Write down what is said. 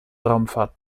raumfahrt